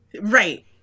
Right